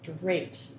Great